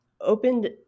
opened